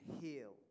heal